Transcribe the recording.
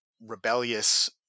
rebellious